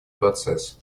процесс